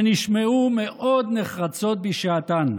שנשמעו מאוד נחרצות בשעתן.